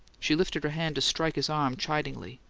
she lifted her hand to strike his arm chidingly.